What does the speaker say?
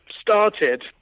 started